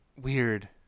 weird